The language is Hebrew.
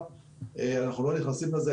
אנחנו לא נכנסים לזה.